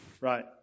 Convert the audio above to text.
Right